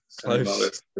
Close